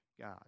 God